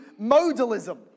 modalism